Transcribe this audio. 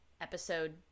episode